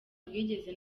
bwigeze